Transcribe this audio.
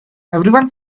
everyone